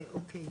בבקשה.